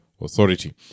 authority